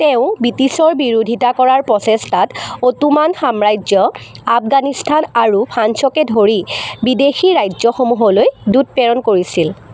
তেওঁ ব্ৰিটিছৰ বিৰোধিতা কৰাৰ প্ৰচেষ্টাত অ'ট'মান সাম্ৰাজ্য আফগানিস্তান আৰু ফ্ৰান্সকে ধৰি বিদেশী ৰাজ্যসমূহলৈ দূত প্ৰেৰণ কৰিছিল